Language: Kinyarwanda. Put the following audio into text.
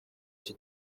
iki